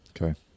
okay